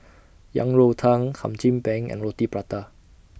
Yang Rou Tang Hum Chim Peng and Roti Prata